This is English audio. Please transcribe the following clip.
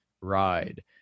ride